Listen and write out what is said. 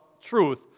truth